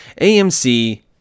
AMC